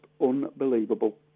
unbelievable